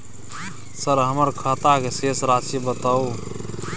Sir हमर खाता के शेस राशि बताउ?